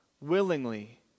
willingly